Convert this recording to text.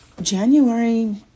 January